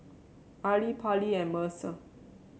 Arely Pallie and Mercer